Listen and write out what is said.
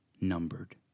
numbered